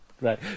Right